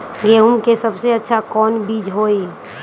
गेंहू के सबसे अच्छा कौन बीज होई?